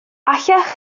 allech